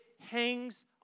hangs